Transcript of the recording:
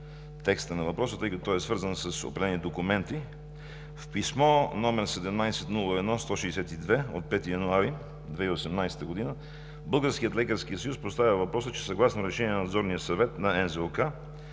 текста на въпроса, тъй като той е свързан с определени документи. В писмо № 17-01-162 от 5 януари 2018 г. Българският лекарски съюз поставя въпроса, че съгласно Решение на Надзорния съвет на НЗОК